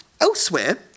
Elsewhere